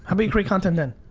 um you create content then.